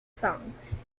songs